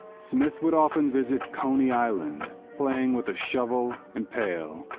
smith would often visit coney island, playing with a shovel and pail,